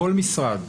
כל משרד,